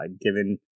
given